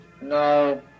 No